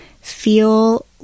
feel